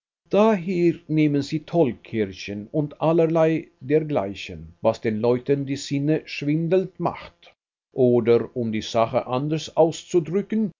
daher nehmen sie tollkirschen und allerlei dergleichen was den leuten die sinne schwindelnd macht oder um die sache anders auszudrücken